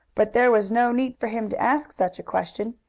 but there was no need for him to ask such a question.